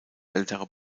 älterer